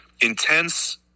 intense